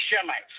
Shemites